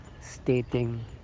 Stating